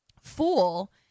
fool